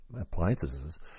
Appliances